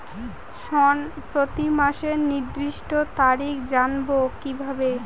ঋণ প্রতিমাসের নির্দিষ্ট তারিখ জানবো কিভাবে?